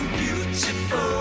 beautiful